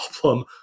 problem